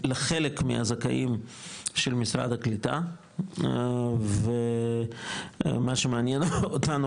לחלק מהזכאים של משרד הקליטה ומה שמעניין אותנו,